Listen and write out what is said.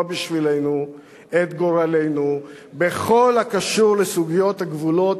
בשבילנו את גורלנו בכל הקשור לסוגיות גבולות